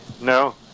No